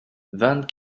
vingt